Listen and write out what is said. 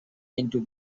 into